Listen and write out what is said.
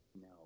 No